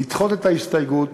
לדחות את ההסתייגות